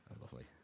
lovely